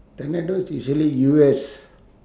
tornadoes usually U_S